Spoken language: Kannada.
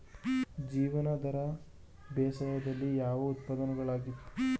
ಜೀವನಾಧಾರ ಬೇಸಾಯದಲ್ಲಿ ಯಾವ ಉತ್ಪನ್ನಗಳಿಗಾಗಿ ಪ್ರಾಣಿಗಳನ್ನು ಸಾಕಲಾಗುತ್ತದೆ?